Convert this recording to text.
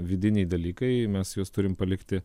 vidiniai dalykai mes juos turim palikti